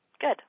Good